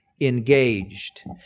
engaged